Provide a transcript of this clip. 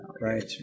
Right